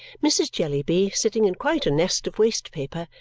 mrs. jellyby, sitting in quite a nest of waste paper,